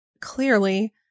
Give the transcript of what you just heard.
clearly